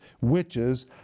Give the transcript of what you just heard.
witches